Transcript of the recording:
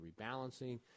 rebalancing